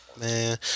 Man